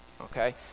Okay